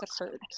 occurred